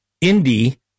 Indy